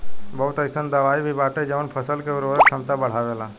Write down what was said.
बहुत अईसन दवाई भी बाटे जवन फसल के उर्वरक क्षमता बढ़ावेला